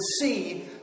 see